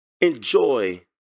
Enjoy